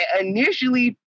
initially